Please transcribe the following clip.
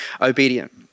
obedient